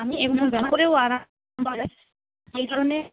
আমি করেও আরাম যায় ওইধরনের